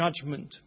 judgment